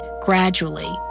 gradually